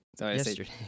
Yesterday